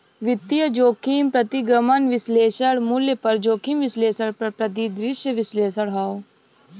वित्तीय जोखिम प्रतिगमन विश्लेषण, मूल्य पर जोखिम विश्लेषण और परिदृश्य विश्लेषण हौ